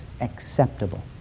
acceptable